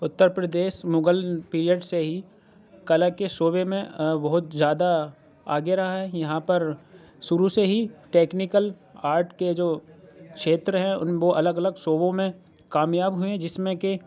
Uttar Pradesh Mughal period سے ہی کلّا کے شعبے میں بہت زیادہ آگے رہا ہے یہاں پر شروع سے ہی ٹیکنیکل آرٹ کے جو چھیتر ہیں اُن وہ الگ الگ شعبوں میں کامیاب ہوئے جس میں کہ